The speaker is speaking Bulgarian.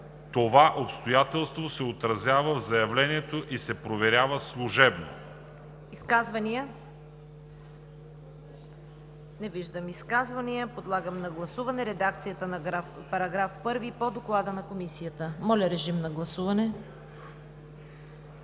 „това обстоятелство се отразява в заявлението и се проверява служебно“.“